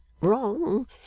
wrong